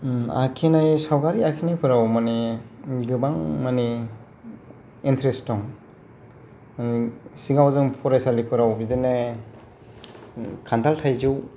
आखिनाय सावगारि आखिनायफ्राव मानि गोबां मानि इन्ट्रेस्ट दं सिगांआव जोंङो फरायसालिफ्राव बिदिनो खान्थाल थाइजौ